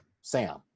Sam